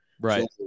right